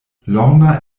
lorna